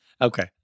Okay